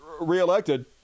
reelected